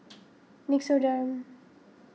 Nixoderm